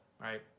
right